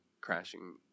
crashing